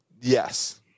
yes